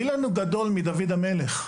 מי לנו גדול מדוד המלך?